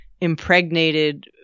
impregnated